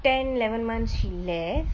ten eleven months she left